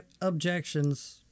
objections